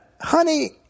Honey